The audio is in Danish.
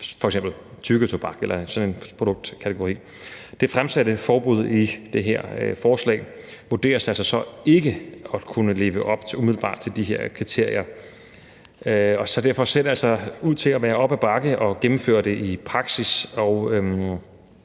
f.eks. tyggetobak eller sådan en produktkategori. Det fremsatte forbud i det her forslag vurderes altså så ikke umiddelbart at kunne leve op til de her kriterier. Derfor ser det så ud til at være op ad bakke at gennemføre det i praksis, og